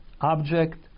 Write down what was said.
object